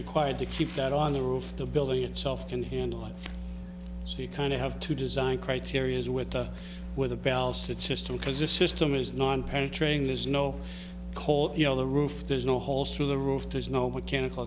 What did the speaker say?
required to keep that on the roof of the building itself can handle and so you kind of have to design criteria as with where the bells that system cause the system is not on penetrate there's no coal you know the roof there's no holes through the roof there's no mechanical